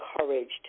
encouraged